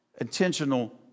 intentional